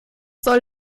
soll